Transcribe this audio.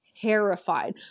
terrified